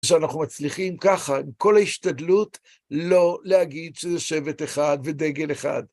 כשאנחנו מצליחים ככה, עם כל ההשתדלות, לא להגיד שזה שבט אחד ודגל אחד.